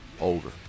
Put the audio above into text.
over